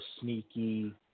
sneaky